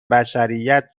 بشریت